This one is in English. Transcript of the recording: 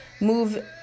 move